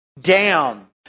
down